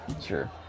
sure